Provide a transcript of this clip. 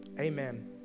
amen